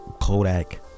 Kodak